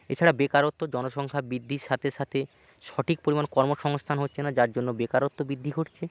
এছাড়া বেকারত্ব জনসংখ্যা বৃদ্ধির সাথে সাথে সঠিক পরিমাণ কর্মসংস্থান হচ্ছে না যার জন্য বেকারত্ব বৃদ্ধি ঘটছে